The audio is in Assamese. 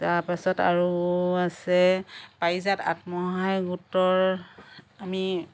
তাৰ পাছত আৰু আছে পাৰিজাত আত্মসহায়ক গোটৰ আমি